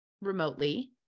remotely